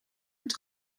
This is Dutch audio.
het